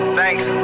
thanks